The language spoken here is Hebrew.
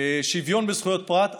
שוויון בזכויות פרט,